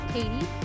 Katie